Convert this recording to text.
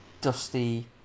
dusty